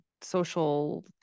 social